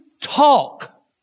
talk